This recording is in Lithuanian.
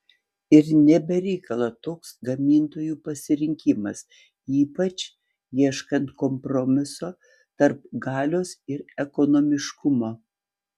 ir ne be reikalo toks gamintojų pasirinkimas ypač ieškant kompromiso tarp galios ir ekonomiškumo